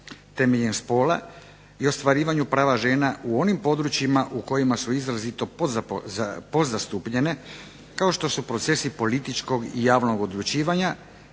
temeljem spola i ostvarivanju prava žena u onim područjima u kojima su izrazito podzastupljene kao što su procesi političkog i javnog odlučivanja